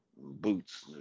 boots